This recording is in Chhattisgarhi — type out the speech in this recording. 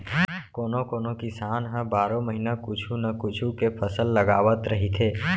कोनो कोनो किसान ह बारो महिना कुछू न कुछू के फसल लगावत रहिथे